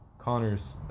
Connor's